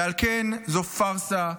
ועל כן זו פארסה,